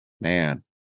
man